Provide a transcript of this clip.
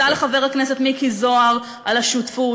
אני מודה לחבר הכנסת מיקי זוהר על השותפות,